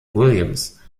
williams